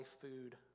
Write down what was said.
food